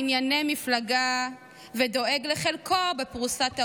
ענייני מפלגה / ודואג לחלקו בפרוסת העוגה.